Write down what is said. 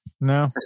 No